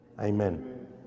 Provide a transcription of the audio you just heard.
Amen